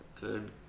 good